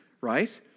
right